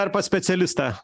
ar pas specialistą